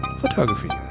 photography